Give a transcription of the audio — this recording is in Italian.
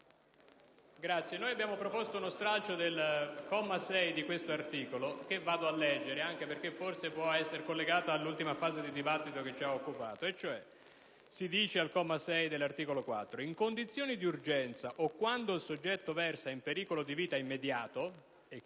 abbiamo proposto lo stralcio del comma 6 dell'articolo 4, che vado a leggere anche perché forse può essere collegato all'ultima fase del dibattito che ci ha occupati. Si dice al comma 6 dell'articolo 4: «In condizioni di urgenza o quando il soggetto versa in pericolo di vita immediato,»